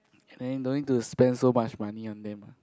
and then don't need to spend so much money on them ah